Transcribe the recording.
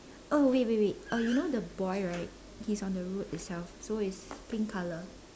uh wait wait wait uh you know the boy right he's on the road itself so it's pink color